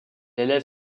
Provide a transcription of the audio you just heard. élève